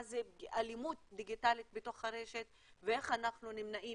מה זו אלימות דיגיטלית בתוך הרשת ואיך אנחנו נמנעים